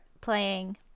playing